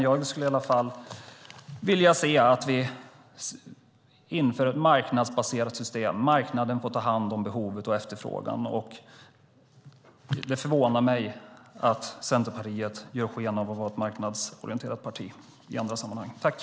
Jag skulle i alla fall vilja se att vi inför ett marknadsbaserat system, där marknaden får ta hand om behovet och efterfrågan. Det förvånar mig att Centerpartiet i andra sammanhang ger sken av att vara ett marknadsorienterat parti.